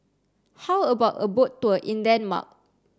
how about a boat tour in Denmark